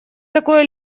такое